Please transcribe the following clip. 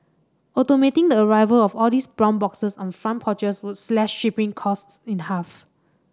automating the arrival of all these brown boxes on front porches would slash shipping costs in the half